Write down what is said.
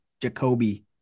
Jacoby